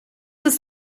ist